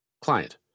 Client